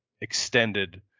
extended